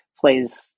plays